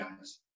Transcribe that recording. guys